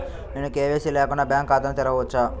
నేను కే.వై.సి లేకుండా బ్యాంక్ ఖాతాను తెరవవచ్చా?